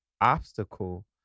obstacle